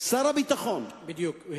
שר הביטחון, בדיוק.